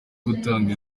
gutanga